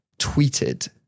tweeted